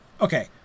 okay